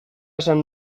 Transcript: esan